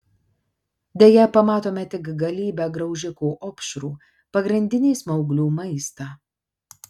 deja pamatome tik galybę graužikų opšrų pagrindinį smauglių maistą